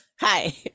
Hi